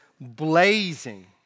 blazing